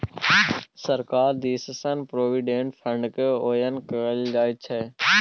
सरकार दिससँ प्रोविडेंट फंडकेँ ओरियान कएल जाइत छै